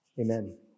Amen